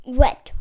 wet